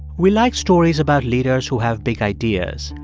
we like stories about leaders who have big ideas,